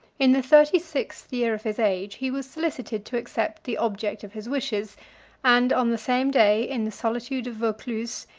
in the thirty-sixth year of his age, he was solicited to accept the object of his wishes and on the same day, in the solitude of vaucluse,